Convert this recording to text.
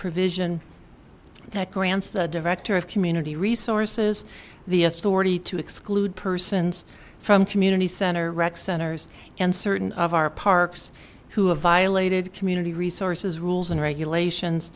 provision that grants the director of community resources the authority to exclude persons from community center rec centers and certain of our parks who have violated community resources rules and regulations